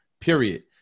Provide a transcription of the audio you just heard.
Period